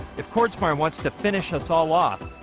if quartz mine wants to finish us all off.